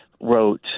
wrote